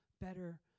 better